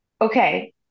okay